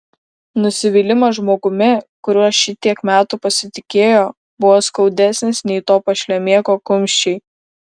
nusivylimas žmogumi kuriuo šitiek metų pasitikėjo buvo skaudesnis nei to pašlemėko kumščiai